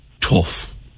tough